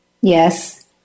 Yes